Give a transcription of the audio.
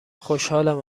خوشحالم